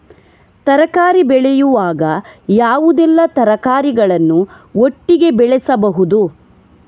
ತರಕಾರಿ ಬೆಳೆಯುವಾಗ ಯಾವುದೆಲ್ಲ ತರಕಾರಿಗಳನ್ನು ಒಟ್ಟಿಗೆ ಬೆಳೆಸಬಹುದು?